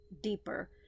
deeper